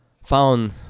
found